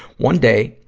one day,